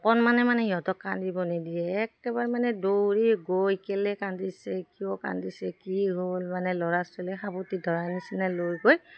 অকণমানে মানে সিহঁতক কান্দিব নিদিয়ে একেবাৰে মানে দৌৰি গৈ কেলে কান্দিছে কিয় কান্দিছে কি হ'ল মানে ল'ৰা ছোৱালীয়ে সাবতি ধৰা নিচিনা লৈ গৈ